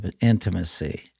intimacy